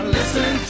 listen